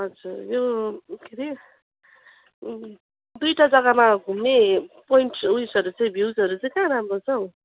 हजुर यो के अरे दुईवटा जग्गामा घुम्ने पोइन्ट्स उयोसहरू चाहिँ भिउजहरू चाहिँ कहाँ राम्रो छ हौ